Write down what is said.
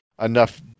enough